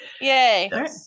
Yay